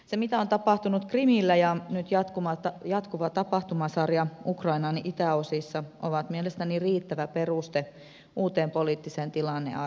se mitä on tapahtunut krimillä ja nyt jatkuva tapahtumasarja ukrainan itäosissa ovat mielestäni riittävä peruste uuteen poliittiseen tilannearvioon